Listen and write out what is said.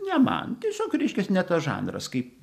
ne man tiesiog reiškias ne tas žanras kaip